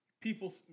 people